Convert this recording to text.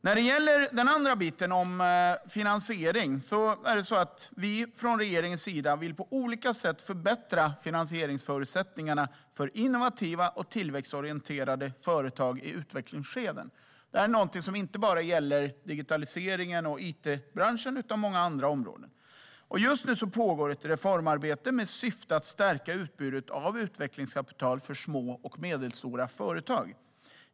När det gäller finansiering vill vi från regeringen på olika sätt förbättra finansieringsförutsättningarna för innovativa och tillväxtorienterade företag i utvecklingsskeden. Detta gäller inte bara digitaliseringen och it-branschen, utan det gäller på många andra områden. Just nu pågår det ett reformarbete med syfte att stärka utbudet av utvecklingskapital för små och medelstora företag.